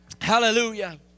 Hallelujah